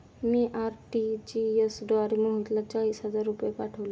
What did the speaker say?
मी RTGS द्वारे मोहितला चाळीस हजार रुपये पाठवले